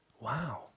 Wow